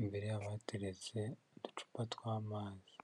imbere yabo hateretse uducupa tw'amazi.